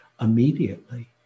immediately